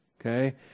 Okay